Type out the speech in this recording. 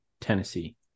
Tennessee